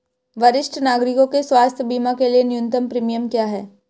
वरिष्ठ नागरिकों के स्वास्थ्य बीमा के लिए न्यूनतम प्रीमियम क्या है?